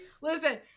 listen